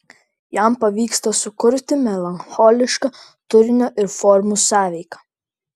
jam pavyksta sukurti melancholišką turinio ir formų sąveiką